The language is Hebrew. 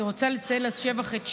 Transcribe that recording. אני רוצה לציין לשבח את שב"ס,